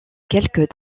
quelques